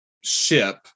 ship